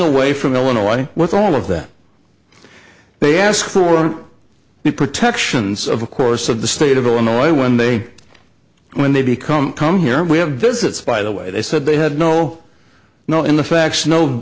away from illinois with all of that they ask for the protections of course of the state of illinois when they when they become come here we have visits by the way they said they had no no in the fax no